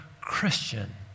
Christian